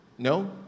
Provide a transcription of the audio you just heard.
No